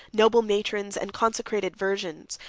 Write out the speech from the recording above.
noble matrons, and consecrated virgins,